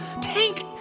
Tank